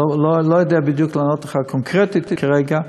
אני לא יודע בדיוק לענות לך קונקרטית כרגע,